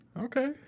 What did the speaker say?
okay